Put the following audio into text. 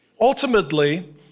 Ultimately